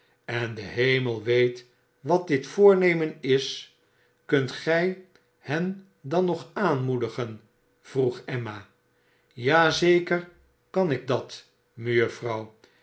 en de hemel weet wat dit voornemen is kunt gij hen dan nog aanmoedigen vroeg emma ja zeker kan ik dat